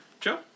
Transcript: Joe